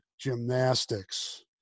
gymnastics